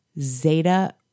Zeta